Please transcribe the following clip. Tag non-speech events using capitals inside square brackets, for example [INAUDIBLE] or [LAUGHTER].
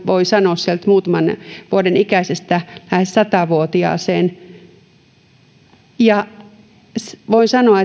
voi sanoa kaiken ikäisiä sieltä muutaman vuoden ikäisestä lähes satavuotiaaseen ja voin sanoa [UNINTELLIGIBLE]